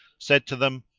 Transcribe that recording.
said to them,